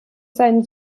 sein